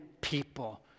people